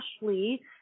Ashley